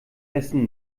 wessen